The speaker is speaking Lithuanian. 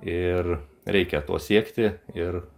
ir reikia to siekti ir